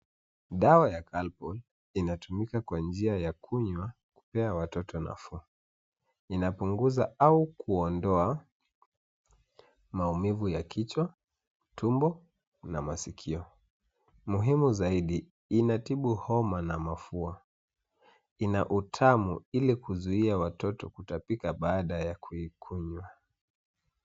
Dawa ya Calpol inatumika kwa njia ya kunywa kupea watoto nafuu. Inapunguza au kuondoa maumivu ya kichwa, tumbo na masikio. Muhimu zaidi, inatibu homa na mafua, ina utamu ili kuzuia watoto kutapika baada ya kuikunywa.